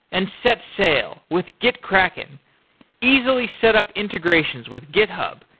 and set sail with gitkraken. easily setup integrations with github,